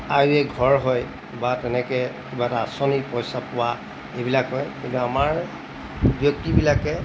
আয়ৰে ঘৰ হয় বা তেনেকৈ কিবা এটা আঁচনি পইচা পোৱা এইবিলাক হয় কিন্তু আমাৰ ব্যক্তিবিলাকে